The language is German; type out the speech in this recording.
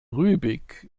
rübig